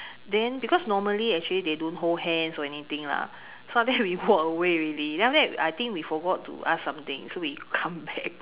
then because normally actually they don't hold hands or anything lah so then after that we walk away already then after that I think we forgot to ask something so we come back